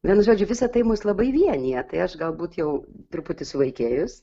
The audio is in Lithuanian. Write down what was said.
vienu žodžiu visa tai mus labai vienija tai aš galbūt jau truputį suvaikėjus